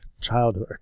childhood